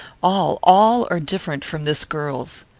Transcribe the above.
all, all are different from this girl's.